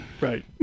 Right